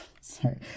sorry